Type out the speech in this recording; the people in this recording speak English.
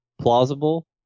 plausible